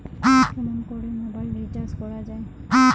কেমন করে mobile recharge করা য়ায়?